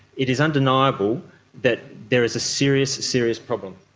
it is undeniable that there is a serious, serious problem.